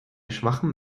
schwachem